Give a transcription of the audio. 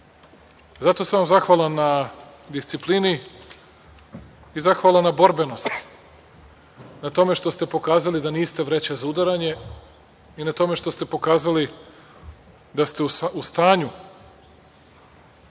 Zato sam vam zahvalan na disciplini i zahvalan na borbenosti. Na tome što ste pokazali da niste vreća za udaranje i na tome što ste pokazali da ste u stanju